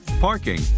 parking